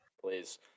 Please